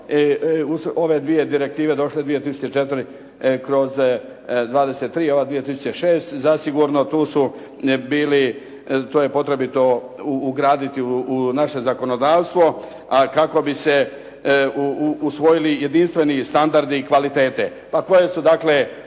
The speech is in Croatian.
ove dvije direktive došle 2004/23 i ova 2006 zasigurno tu su bili, to je potrebito ugraditi u naše zakonodavstvo a kako bi se usvojili jedinstveni standardi i kvalitete. Pa koje su dakle